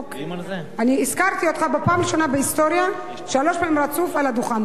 אני הזכרתי אותך בפעם הראשונה בהיסטוריה שלוש פעמים רצוף על הדוכן.